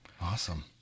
Awesome